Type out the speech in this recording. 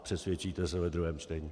Přesvědčíte se ve druhém čtení.